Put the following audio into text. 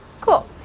Cool